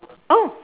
oh